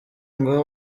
ngo